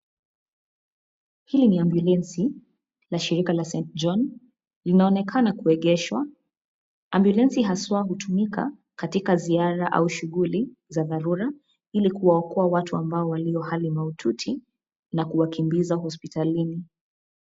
Hii ni ambulensi, ya shirika la St Johns linaonekana kuegeshwa. Ambulensi haswa hutumika katika ziara au shughuli za dharura ili kuwaokoa watu ambao walio hali mahututi na kuwakimbiza hospitalini.